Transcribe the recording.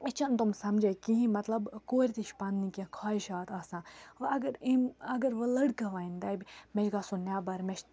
أسۍ چھِنہٕ تِم سمجھان کِہیٖنۍ مطلب کورِ تہِ چھِ پَنٕنۍ کینٛہہ خواہِشات آسان وٕ اگر أمۍ اگر وٕ لٔڑکہٕ وَنہِ دَپہِ مےٚ چھِ گژھُن نیٚبَر مےٚ چھِ